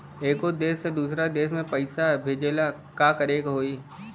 एगो देश से दशहरा देश मे पैसा भेजे ला का करेके होई?